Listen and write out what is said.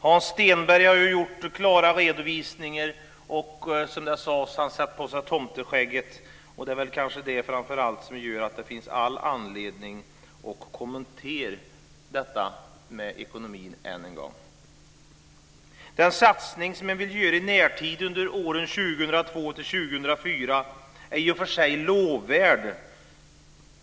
Hans Stenberg har ju gjort klara redovisningar och, som jag sade, sedan satt på sig tomteskägget. Och det är väl kanske det framför allt som gör att det finns all anledning att kommentera detta med ekonomin än en gång. Den satsning som man vill göra i närtid under åren 2002-2004 är i och för sig lovvärd.